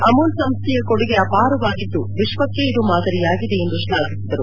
ಅಮೂಲ್ ಸಂಸ್ಥೆಯ ಕೊಡುಗೆ ಅಪಾರವಾಗಿದ್ದು ವಿಶ್ವಕ್ಕೆ ಇದು ಮಾದರಿಯಾಗಿದೆ ಎಂದು ಶ್ಲಾಘಿಸಿದರು